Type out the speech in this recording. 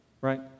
right